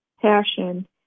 passion